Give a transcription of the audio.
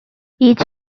each